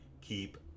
keep